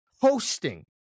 hosting